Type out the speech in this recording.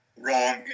wrong